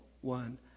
one